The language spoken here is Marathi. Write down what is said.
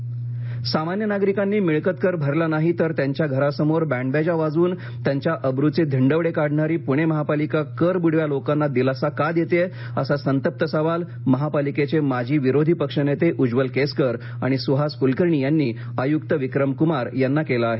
निवेदन सामान्य नागरिकांनी मिळकत कर भरला नाही तर त्यांच्या घरासमोर बँडबाजा वाजवून त्यांच्या अब्रेचे धिंडवडे काढणारी पुणे महापालिका कर बुडव्या लोकांना दिलासा का देतेय असा संतप्त सवाल महापालिकेचे माजी विरोधी पक्षनेते उज्ज्वल केसकर आणि सुहास कुलकर्णी यांनी आयुक्त विक्रम कुमार यांना केला आहे